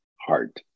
heart